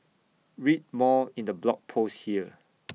read more in the blog post here